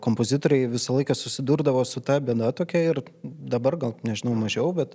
kompozitoriai visą laiką susidurdavo su ta bėda tokia ir dabar gal nežinau mažiau bet